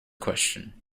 question